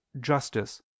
justice